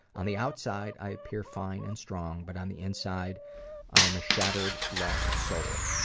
on the outside i appear fine and strong but on the inside i am a shattered, lost soul.